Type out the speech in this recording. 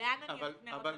-- לאן אני אפנה אותה?